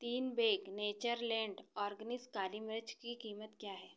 तीन bag Natureland organics काली मिर्च की कीमत क्या है